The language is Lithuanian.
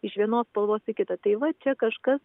iš vienos spalvos į kitą tai va čia kažkas